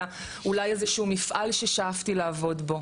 היה אולי איזשהו מפעיל ששאפתי לעבוד בו.